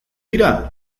dira